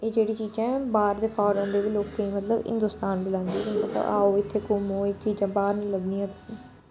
एह् जेह्ड़ी चीजां हैन बाह्र दे फारेन दे बी लोकें ई बी मतलब हिंदोस्तान बलांदे मतलब आओ इत्थे घूमो एह् चीजां बाह्र नी लब्भनियां तुसेंई